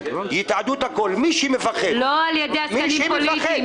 יתעדו את הקול בצורה מכובדת -- לא על ידי עסקנים פוליטיים,